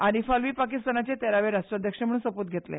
आरिफ आल्वी पाकिस्तानाचे तेरावे राष्ट्राध्यक्ष म्हण सोप्त घेतले